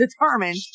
determined